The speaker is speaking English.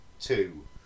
two